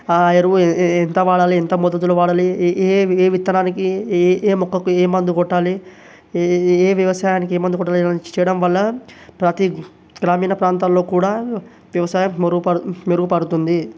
ఆ ఎరువు ఏ ఎంత వాడాలి ఎంత మోతాదులో వాడాలి ఏ ఏ విత్తనానికి ఏ మొక్కకి ఏ మందు కొట్టాలి ఏ ఏ వ్యవసాయానికి ఏ మందు కొట్టాలి ఇలాంటివి చేయడం వల్ల ప్రతి గ్రామీణ ప్రాంతాలలో కూడా వ్యవసాయం మెరుగుపడు మెరుగుపడుతుంది